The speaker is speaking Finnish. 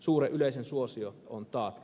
suuren yleisön suosio on taattu